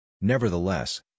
Nevertheless